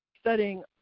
studying